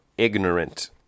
ignorant